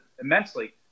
immensely